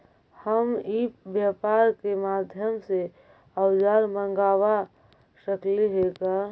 हम ई व्यापार के माध्यम से औजर मँगवा सकली हे का?